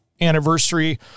anniversary